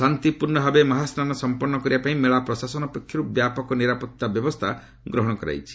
ଶାନ୍ତିପୂର୍ଣ୍ଣ ଭାବେ ମହାସ୍ୱାନ ସଂପନ୍ନ କରିବା ପାଇଁ ମେଳା ପ୍ରଶାସନ ପକ୍ଷରୁ ବ୍ୟାପକ ନିରାପତ୍ତା ବ୍ୟବସ୍ଥା ଗ୍ରହଣ କରାଯାଇଛି